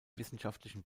wissenschaftlichen